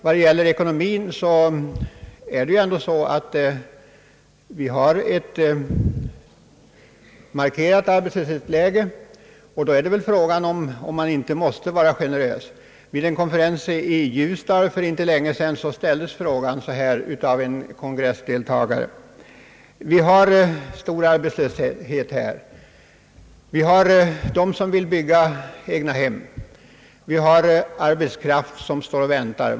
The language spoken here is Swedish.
Vad det gäller ekonomin måste jag återigen säga, att vi har ett markerat arbetslöshetsläge, och då är väl frågan om man ändå inte måste vara generös. Vid en konferens i Ljusdal för någon tid sedan yttrade en deltagare följande: »Vi har stor arbetslöshet här. Det finns människor som vill bygga egnahem, och arbetskraft står och väntar.